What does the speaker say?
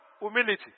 Humility